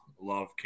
love